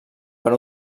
per